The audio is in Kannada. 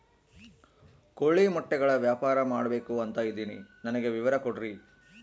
ಕೋಳಿ ಮೊಟ್ಟೆಗಳ ವ್ಯಾಪಾರ ಮಾಡ್ಬೇಕು ಅಂತ ಇದಿನಿ ನನಗೆ ವಿವರ ಕೊಡ್ರಿ?